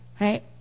right